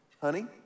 honey